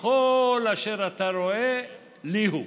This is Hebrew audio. וכל אשר אתה ראה לי הוא".